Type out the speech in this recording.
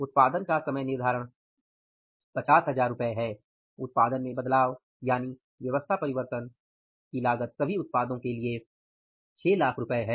उत्पादन का समय निर्धारण 50000 रु है उत्पादन में बदलाव यानि व्यवस्था में परिवर्तन सभी उत्पादों के लिए 600000 रु है